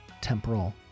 temporal